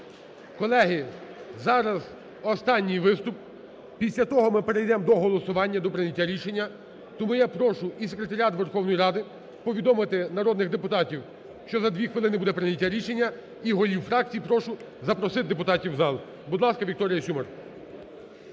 Колеги, зараз останній виступ. Після того ми перейдемо до голосування, до прийняття рішення. Тому я прошу і секретаріат Верховної Ради повідомити народних депутатів, що за дві хвилини буде прийняття рішення, і голів фракцій прошу запросити депутатів в зал. Будь ласка, Вікторія Сюмар.